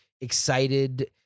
excited